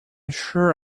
sure